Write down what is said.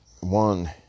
One